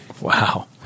Wow